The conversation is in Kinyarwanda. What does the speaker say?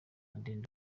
adeline